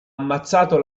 ammazzato